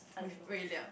with Wei-Liang